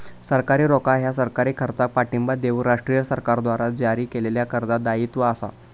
सरकारी रोखा ह्या सरकारी खर्चाक पाठिंबा देऊक राष्ट्रीय सरकारद्वारा जारी केलेल्या कर्ज दायित्व असा